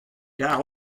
kar